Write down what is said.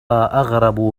أغرب